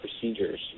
procedures